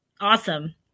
awesome